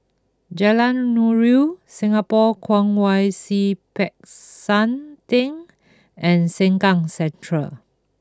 Jalan Nuri Singapore Kwong Wai Siew Peck San Theng and Sengkang Central